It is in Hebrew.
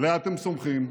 שעליה אתם סומכים,